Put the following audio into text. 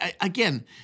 Again